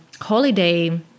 holiday